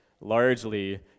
largely